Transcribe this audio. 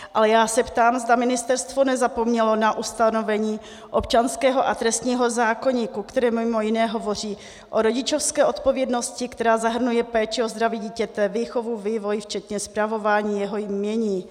Ale já se ptám, zda ministerstvo nezapomnělo na ustanovení občanského a trestního zákoníku, které mj. hovoří o rodičovské odpovědnosti, která zahrnuje péči o zdraví dítěte, výchovu, vývoj, včetně spravování jeho jmění.